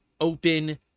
open